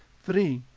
three.